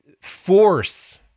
force